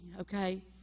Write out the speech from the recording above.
okay